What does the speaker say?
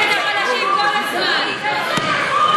ההצעה להעביר לוועדה את הצעת חוק האזרחים הוותיקים (תיקון,